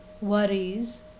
Worries